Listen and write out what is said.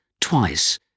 twice